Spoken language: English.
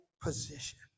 position